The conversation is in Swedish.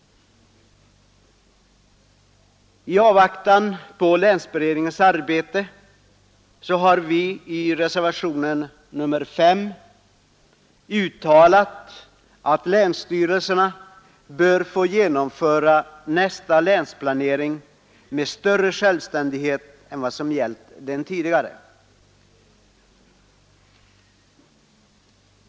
I avvaktan på länsberedningens arbete har vi i reservationen 5 uttalat att länsstyrelserna bör få genomföra nästa länsplanering med större självständighet än vad som gällt den tidigare.